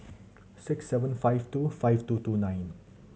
six seven five two five two two nine